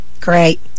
Great